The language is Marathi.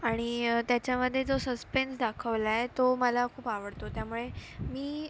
आणि त्याच्यामध्ये जो सस्पेन्स दाखवला आहे तो मला खूप आवडतो त्यामुळे मी